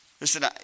Listen